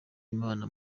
imana